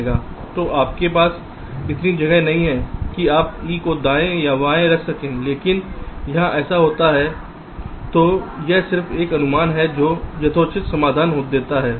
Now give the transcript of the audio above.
तो आपके पास इतनी जगह नहीं है कि आप e को दाएं या बाएं रख सकें लेकिन यहां ऐसा होता है तो यह सिर्फ एक अनुमान है जो यथोचित समाधान देता है